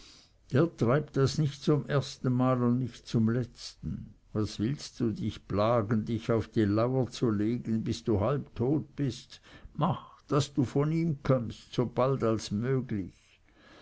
der treibt das nicht zum erstenmal und nicht zum letzten was willst du dich plagen dich auf die lauer legen bis du halbtot bist mach daß du von ihm kömmst so bald als möglich